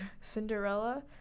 Cinderella